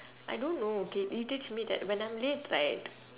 I don't know okay irritates me that when I'm late right